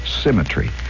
symmetry